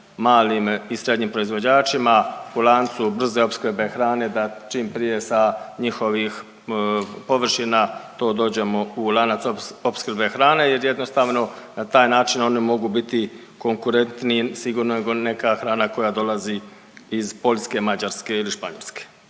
malim i srednjim proizvođačima u lancu brze opskrbe hrane, da čim prije sa njihovih površina to dođemo u lanac opskrbe hrane jer jednostavno na taj način oni mogu biti konkurentniji sigurno nego neka hrana koja dolazi iz Poljske, Mađarske ili Španjolske.